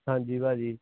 ਹਾਂਜੀ ਭਾਅ ਜੀ